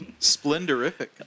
Splendorific